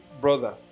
brother